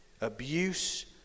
abuse